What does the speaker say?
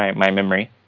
my my memory.